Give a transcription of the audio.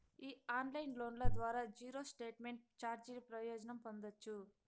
ఈ ఆన్లైన్ లోన్ల ద్వారా జీరో స్టేట్మెంట్ చార్జీల ప్రయోజనం పొందచ్చు